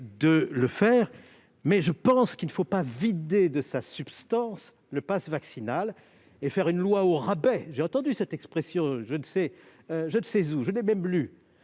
de le faire, mais je pense qu'il ne faut pas vider de sa substance le passe vaccinal et faire une loi au rabais- j'ai entendu et lu cette expression. Vous avez raison de faire